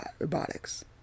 robotics